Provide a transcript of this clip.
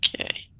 okay